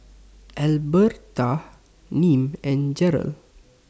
Albertha Nim and Jerrell